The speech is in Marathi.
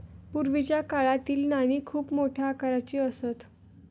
पूर्वीच्या काळातील नाणी खूप मोठ्या आकाराची असत